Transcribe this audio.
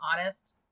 honest